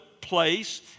place